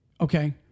Okay